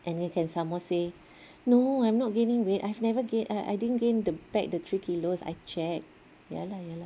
and then can some more say no I'm not gaining weight I've never gained I didn't gain back the three kilos I've checked ya lah ya lah